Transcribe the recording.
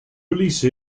release